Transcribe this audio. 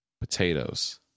potatoes